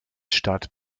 statt